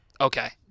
Okay